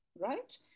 right